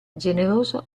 generoso